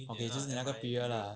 okay 就是那个 period lah